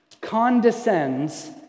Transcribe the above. condescends